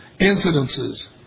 incidences